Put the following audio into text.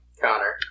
Connor